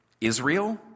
Israel